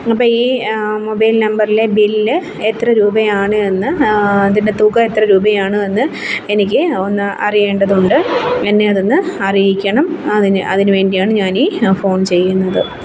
അപ്പം ഈ മൊബൈൽ നമ്പറിലെ ബില്ല് എത്ര രൂപയാണ് എന്ന് ഇതിൻ്റെ തുക എത്ര രൂപയാണ് എന്ന് എനിക്ക് ഒന്ന് അറിയേണ്ടതുണ്ട് എന്നെ അതൊന്ന് അറിയിക്കണം അതിന് അതിനു വേണ്ടിയാണ് ഞാൻ ഈ ഫോൺ ചെയ്യുന്നത്